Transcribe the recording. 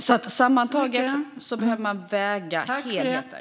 Sammantaget behöver man väga helheter.